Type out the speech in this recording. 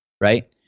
Right